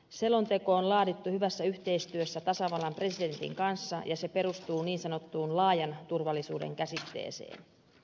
selonteko on laadittu hyvässä yhteistyössä tasavallan presidentin kanssa ja se perustuu niin sanottuun laajan turvallisuuden käsitteeseen